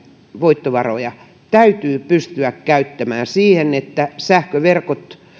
voittovaroja täytyy pystyä käyttämään siihen että sähköverkot